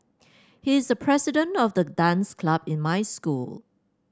he's the president of the dance club in my school